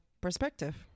perspective